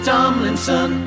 Tomlinson